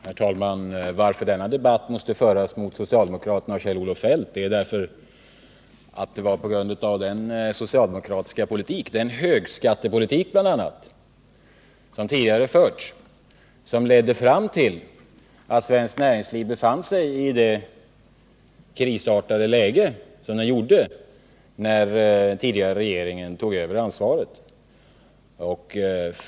Herr talman! Att denna debatt måste föras mot socialdemokraterna och Kjell-Olof Feldt beror på att det var den socialdemokratiska politik, bl.a. högskattepolitiken, som tidigare fördes som ledde fram till att svenskt näringsliv befann sig i ett så kritiskt läge när den tidigare regeringen tog över ansvaret.